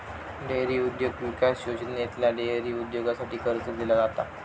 dairy उद्योग विकास योजनेतना डेअरी उद्योगासाठी कर्ज दिला जाता